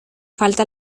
falta